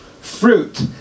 fruit